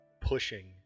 pushing